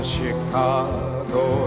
Chicago